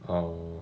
oh